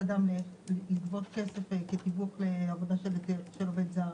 אדם לגבות כסף על תיווך לעבודה של עובד זר,